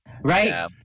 right